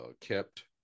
kept